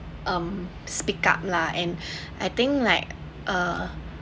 um speak up lah and I think like uh